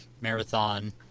marathon